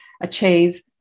achieve